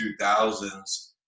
2000s